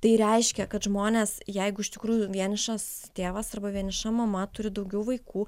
tai reiškia kad žmonės jeigu iš tikrųjų vienišas tėvas arba vieniša mama turi daugiau vaikų